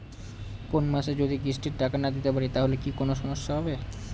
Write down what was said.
কোনমাসে যদি কিস্তির টাকা না দিতে পারি তাহলে কি কোন সমস্যা হবে?